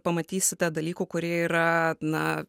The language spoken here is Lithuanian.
pamatysite dalykų kurie yra na